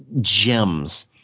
gems